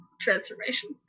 transformation